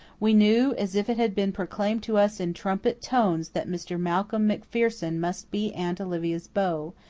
we knew, as if it had been proclaimed to us in trumpet tones, that mr. malcolm macpherson must be aunt olivia's beau,